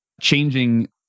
changing